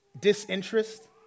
disinterest